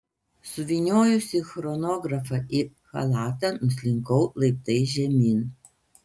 suvyniojusi chronografą į chalatą nuslinkau laiptais žemyn